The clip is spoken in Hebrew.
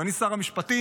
אדוני שר המשפטים,